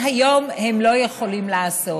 מה שהיום הם לא יכולים לעשות.